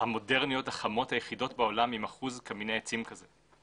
המודרניות החמות היחידות בעולם עם אחוז קמיני עצים כזה,